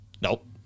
Nope